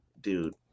dude